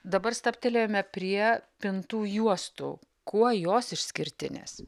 dabar stabtelėjome prie pintų juostų kuo jos išskirtinės